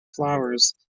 flowers